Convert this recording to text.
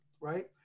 right